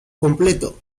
completo